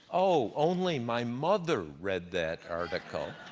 oh, only my mother read that article,